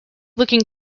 looking